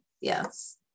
yes